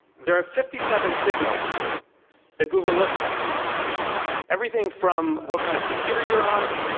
there are fifty seven signals that google looks at everything from what kind of computer you're on,